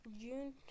June